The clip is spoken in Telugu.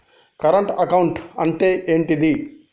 కరెంట్ అకౌంట్ అంటే ఏంటిది?